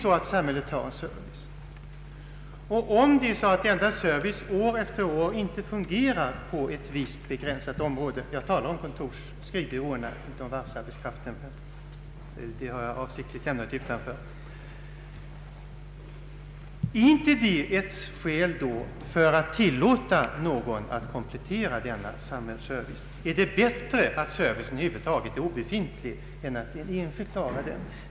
Men om samhället skall erbjuda en service och denna service år efter år inte fungerar på ett visst begränsat område — jag talar om skrivbyråerna, inte om varvsarbetskraften; den har jag avsiktligt lämnat utanför — finns det då inte skäl för att tillåta någon att komplettera denna samhällsservice? Är det bättre att servicen är obefintlig än att någon enskild klarar den?